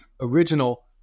original